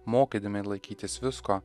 mokydami laikytis visko